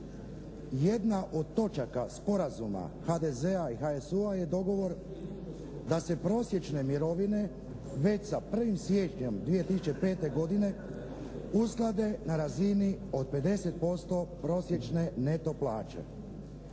Jedna od točaka sporazuma HDZ-a i HSU-a je dogovor da se prosječne mirovine već sa 1. siječnjom 2005. godine usklade na razini od 50% prosječne neto plaće.